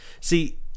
see